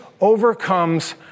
overcomes